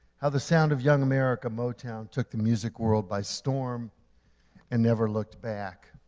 how the sound of young american motown took the music world by storm and never looked back.